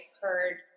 heard